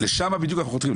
לשם בדיוק אנחנו חותרים,